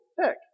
heck